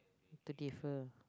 the differ